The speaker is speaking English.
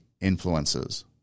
influences